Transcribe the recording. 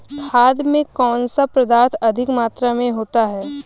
खाद में कौन सा पदार्थ अधिक मात्रा में होता है?